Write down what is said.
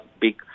big